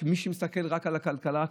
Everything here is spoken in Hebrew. שמישהו שמסתכל רק על הכלכלה,